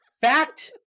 Fact